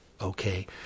okay